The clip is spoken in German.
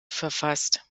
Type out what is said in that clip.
verfasst